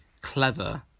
clever